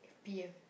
P_M